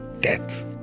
death